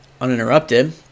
uninterrupted